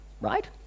Right